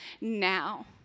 now